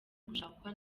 gushakwa